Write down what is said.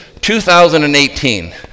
2018